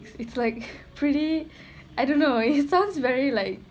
it's it's like pretty I don't know it sounds very like